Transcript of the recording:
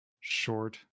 short